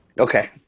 Okay